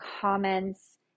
comments